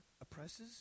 oppresses